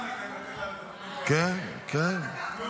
כן, כן.